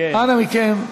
אנא מכם,